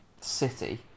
city